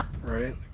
right